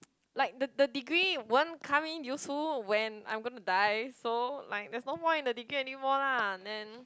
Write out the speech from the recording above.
like the the degree won't come in useful when I'm going to die so like there's no more in the degree anymore lah then